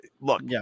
Look